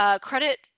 Credit